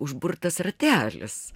užburtas ratelis